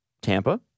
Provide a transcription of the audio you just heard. Tampa